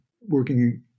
working